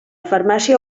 farmàcia